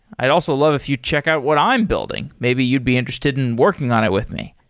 i'd also love if you check out what i'm building. maybe you'd be interested in working on it with me.